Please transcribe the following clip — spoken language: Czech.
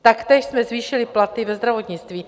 Taktéž jsme zvýšili platy ve zdravotnictví.